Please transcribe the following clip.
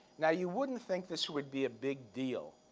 now, you wouldn't think this would be a big deal,